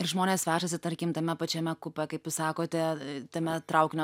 ir žmonės vežasi tarkim tame pačiame kupė kaip jūs sakote tame traukinio